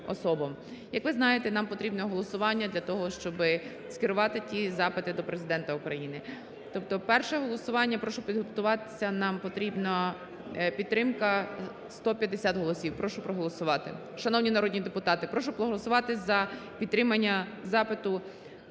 Як ви знаєте, нам потрібно голосування для того, щоби скерувати ті запити до Президента України. Тобто перше голосування. Прошу підготуватися, нам потрібна підтримка 150 голосів. Прошу проголосувати. Шановні народні депутати, прошу проголосувати за підтримання запиту